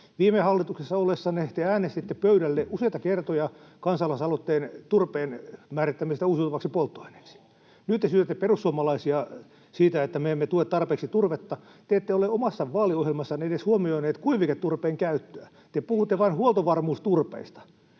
Viime hallituksessa ollessanne te äänestitte pöydälle useita kertoja kansalaisaloitteen turpeen määrittämisestä uusiutuvaksi polttoaineeksi. Nyt te syytätte perussuomalaisia siitä, että me emme tue tarpeeksi turvetta. Te ette ole omassa vaaliohjelmassanne edes huomioineet kuiviketurpeen käyttöä, te puhutte vain huoltovarmuusturpeesta.